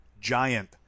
giant